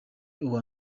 uwa